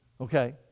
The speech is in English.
Okay